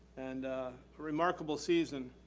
and a remarkable season.